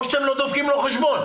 או שאתם לא דופקים לו חשבון.